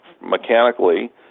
mechanically